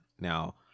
Now